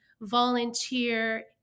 volunteer